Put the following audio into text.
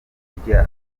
kurya